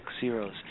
zeros